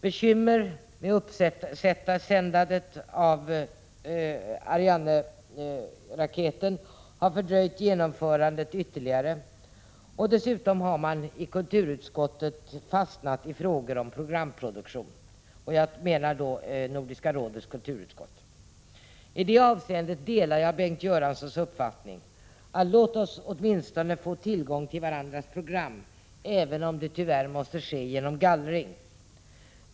Bekymmer med uppsändandet av Arianeraketen har fördröjt genomförandet ytterligare, och dessutom har man i Nordiska rådets kulturutskott fastnat i frågor om programproduktion. I det avseendet delar jag Bengt Göranssons uppfattning: Låt oss åtminstone få tillgång till varandras program, även om det tyvärr måste ske genom gallring!